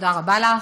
תודה רבה לך,